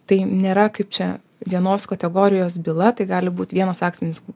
tai nėra kaip čia vienos kategorijos byla tai gali būt vienas akcinis